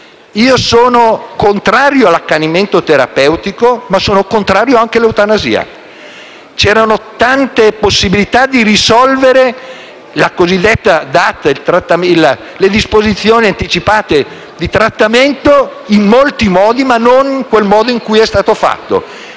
Io sono contrario all'accanimento terapeutico, ma sono contrario anche all'eutanasia. C'erano tante possibilità di risolvere la cosiddetta DAT, ossia le disposizioni anticipate di trattamento, ma non nel modo in cui è stato fatto,